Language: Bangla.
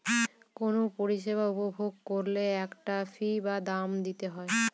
কোনো পরিষেবা উপভোগ করলে একটা ফী বা দাম দিতে হয়